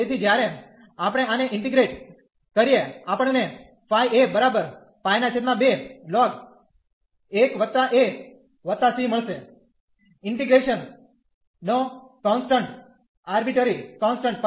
તેથી જ્યારે આપણે આને ઇન્ટીગ્રેટ કરીએ આપણને મળશે ઇન્ટીગ્રેશન નો કોન્સટન્ટ અર્બિટરી કોન્સટન્ટ